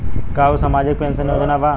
का उ सामाजिक पेंशन योजना बा?